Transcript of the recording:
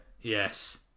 Yes